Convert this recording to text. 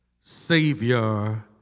Savior